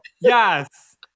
Yes